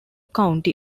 county